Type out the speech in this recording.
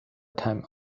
time